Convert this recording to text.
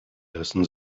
lassen